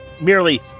merely